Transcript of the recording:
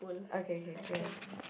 okay k so that's fine